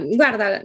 guarda